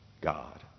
God